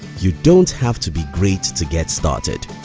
you don't have to be great to get started,